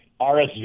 RSV